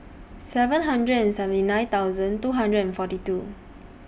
three hundred and seventy nine thousand two hundred and forty two